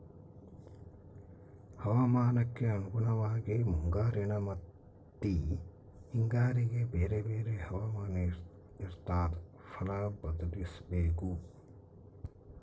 ಹವಾಮಾನಕ್ಕೆ ಅನುಗುಣವಾಗಿ ಮುಂಗಾರಿನ ಮತ್ತಿ ಹಿಂಗಾರಿಗೆ ಬೇರೆ ಬೇರೆ ಹವಾಮಾನ ಇರ್ತಾದ ಫಲ ಬದ್ಲಿಸಬೇಕು